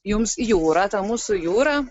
jums jūrą ta mūsų jūra